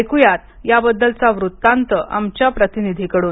ऐक्या याबद्दलचा वृत्तांत आमच्या प्रतिनिधीकडून